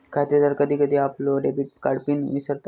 खातेदार कधी कधी आपलो डेबिट कार्ड पिन विसरता